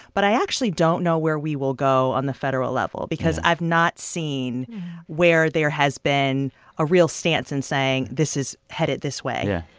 but i actually don't know where we will go on the federal level because i've not seen where there has been a real stance and saying this is headed this way yeah.